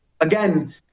again